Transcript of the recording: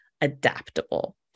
adaptable